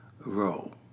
role